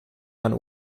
mein